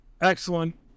excellent